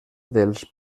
dels